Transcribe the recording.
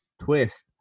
twist